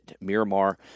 Miramar